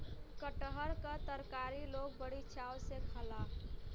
कटहर क तरकारी लोग बड़ी चाव से खाला